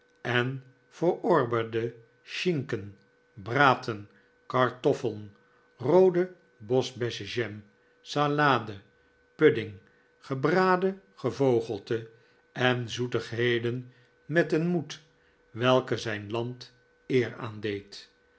en verorberde schinken braten kartoffeln roode boschbessenjam salade pudding gebraden gevogelte en zoetigheden met een moed welke zijn land eer